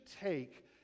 take